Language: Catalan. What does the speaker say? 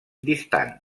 distant